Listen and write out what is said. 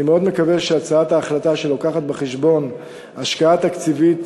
אני מאוד מקווה שהצעת ההחלטה שמביאה בחשבון השקעה תקציבית